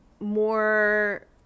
more